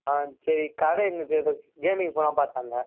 ஆ சரி கடை எங்கே இருக்குது கேமிங் ஃபோனாக பார்த்து தாங்க